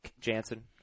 Jansen